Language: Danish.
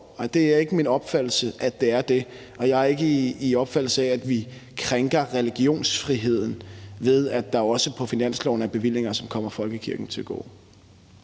er det ikke min opfattelse er den er det, og jeg har ikke den opfattelse, at vi krænker religionsfriheden, ved at der også på finansloven er bevillinger, som kommer folkekirken til gode.